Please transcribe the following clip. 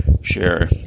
share